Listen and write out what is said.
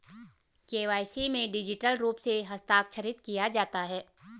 KYC में digital रूप से हस्ताक्षरित किया जाता है